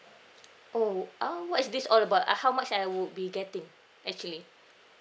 oh uh what is this all about uh how much I would be getting actually